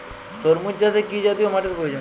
তরমুজ চাষে কি জাতীয় মাটির প্রয়োজন?